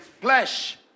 flesh